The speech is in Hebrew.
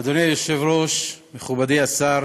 אדוני היושב-ראש, מכובדי השר,